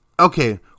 Okay